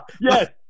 Yes